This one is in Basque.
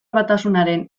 batasunaren